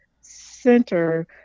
center